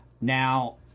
Now